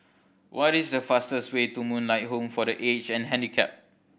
what is the fastest way to Moonlight Home for The Aged and Handicapped